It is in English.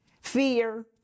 fear